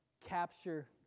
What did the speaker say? capture